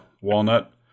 walnut